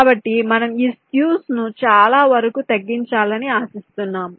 కాబట్టి మనము ఈ స్కూస్ ను చాలా వరకు తగ్గించాలని ఆశిస్తున్నాము